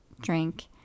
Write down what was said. drink